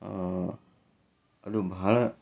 ಅದು ಬಹಳ